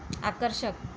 आकर्षक